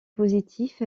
positive